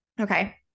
Okay